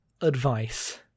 advice